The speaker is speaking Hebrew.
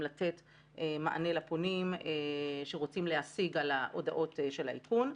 הוא לתת מענה לפונים שרוצים להשיג על ההודעות של האיכון.